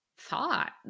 thought